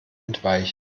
entweichen